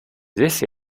this